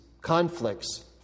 conflicts